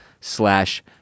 slash